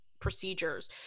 procedures